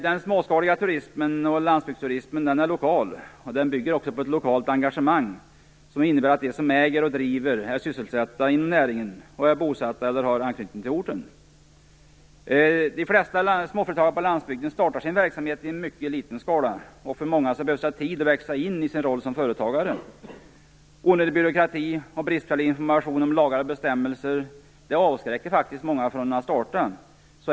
Den småskaliga landsbygdsturismen är lokal. Den bygger också på ett lokalt engagemang. De som äger och driver eller är sysselsatta inom näringen är bosatta eller har anknytning till orten. De flesta småföretag på landsbygden startar sin verksamhet i mycket liten skala. Många behöver tid att växa in i sin roll som företagare. Onödig byråkrati och bristfällig information om lagar och bestämmelser avskräcker många från att starta.